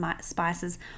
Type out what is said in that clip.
spices